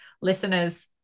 listeners